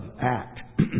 act